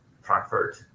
Frankfurt